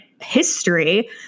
history